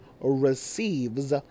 receives